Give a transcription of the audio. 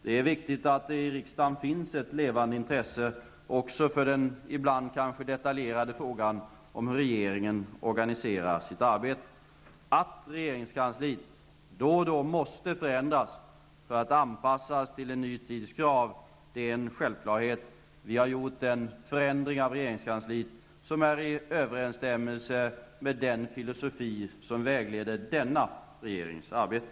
Det är viktigt att det i riksdagen finns ett levande intresse också för den ibland detaljerade frågan om hur regeringen organiserar sitt arbete. Det är en självklarhet att regeringskansliet då och då måste förändras för att anpassas till en ny tids krav. Vi har gjort den förändring av regeringskansliet som är i överensstämmelse med den filosofi som vägleder denna regerings arbete.